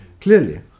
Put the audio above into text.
Clearly